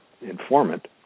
informant